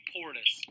Portis